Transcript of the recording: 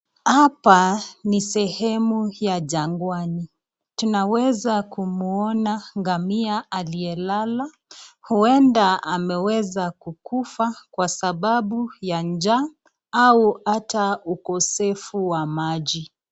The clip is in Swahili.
Hapa ni sehemu ya jangwani. Tunaweza kumuona ngamia aliyelala huenda ameweza kukufa kwa sababu ya njaa au hata ukosefu wa maji.